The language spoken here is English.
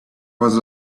was